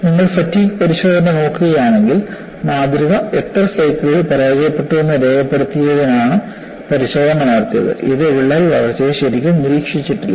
നിങ്ങൾ ഫാറ്റിഗ് പരിശോധന നോക്കുകയാണെങ്കിൽ മാതൃക എത്ര സൈക്കിളുകളിൽ പരാജയപ്പെട്ടുവെന്ന് രേഖപ്പെടുത്തുന്നതിനാണ് പരിശോധന നടത്തിയത് ഇത് വിള്ളൽ വളർച്ചയെ ശരിക്കും നിരീക്ഷിച്ചിട്ടില്ല